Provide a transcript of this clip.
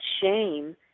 shame